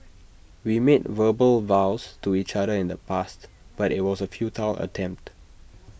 we made verbal vows to each other in the past but IT was A futile attempt